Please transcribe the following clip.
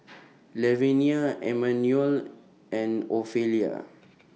Lavenia Emanuel and Ofelia